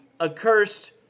accursed